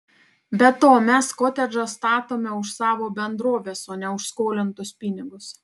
be to mes kotedžą statome už savo bendrovės o ne už skolintus pinigus